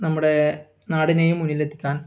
നമ്മുടെ നാടിനെയും മുന്നിലെത്തിക്കാൻ